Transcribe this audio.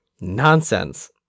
nonsense